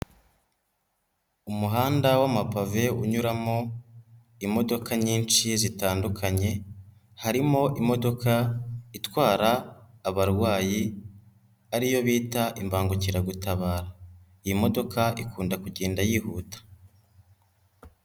Umuhanda w'amapave unyuramo imodoka nyinshi zitandukanye harimo imodoka itwara abarwayi ariyo bita imbangukiragutabara, imodoka ikunda kugenda yihuta.